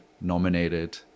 nominated